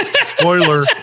Spoiler